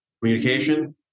communication